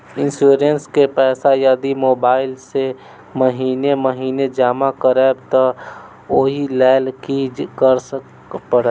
Insurance केँ पैसा यदि मोबाइल सँ महीने महीने जमा करबैई तऽ ओई लैल की करऽ परतै?